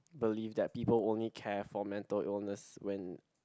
believe that people only care for mental illness when